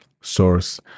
source